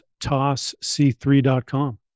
tossc3.com